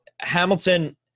Hamilton